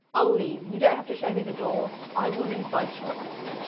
i'll leave, you don't have to show me the door, i will leave by choice.